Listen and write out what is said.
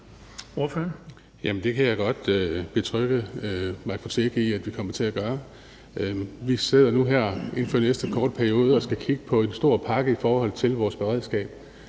Villa Fonseca i at vi kommer til at gøre. Vi sidder nu her inden for den næste korte periode og skal kigge på en stor pakke i forhold til vores beredskab,